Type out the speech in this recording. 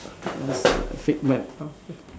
figment